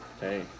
Hey